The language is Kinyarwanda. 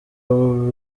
abo